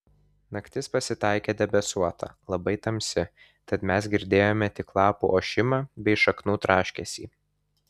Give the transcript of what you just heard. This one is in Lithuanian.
naktis pasitaikė debesuota labai tamsi tad mes girdėjome tik lapų ošimą bei šaknų traškesį